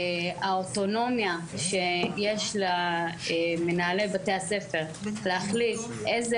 האוטונומיה שיש למנהלי בתי הספר להחליט איזה